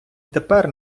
тепер